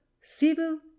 civil